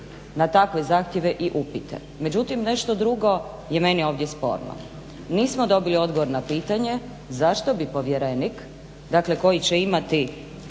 na takve zahtjeve i upite. Međutim nešto drugo je meni ovdje sporno, nismo dobili odgovor na pitanje zašto bi povjerenik dakle koji će imati